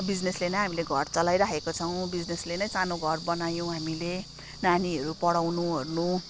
बिजिनेसले नै हामीले घर चलाइराखेको छौँ बिजिनेसले नै सानो घर बनायौँ हामीले नानीहरू पढाउनु ओर्नु